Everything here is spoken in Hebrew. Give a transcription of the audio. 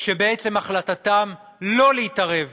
שבעצם החלטתם לא להתערב